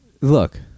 look